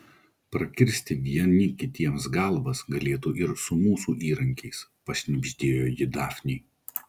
prakirsti vieni kitiems galvas galėtų ir su mūsų įrankiais pašnibždėjo ji dafnei